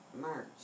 March